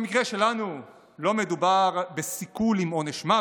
במקרה שלנו לא מדובר בסיכול עם עונש מוות,